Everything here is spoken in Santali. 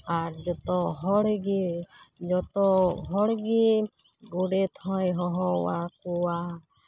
ᱟᱨ ᱡᱚᱛᱚ ᱦᱚᱲᱜᱮ ᱡᱚᱛᱚ ᱦᱚᱲᱜᱮ ᱜᱳᱰᱮᱛ ᱦᱚᱭ ᱦᱚᱦᱚ ᱟᱠᱚᱣᱟ